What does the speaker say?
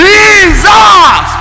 Jesus